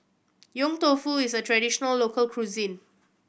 Yong Tau Foo is a traditional local cuisine